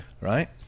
right